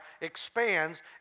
expands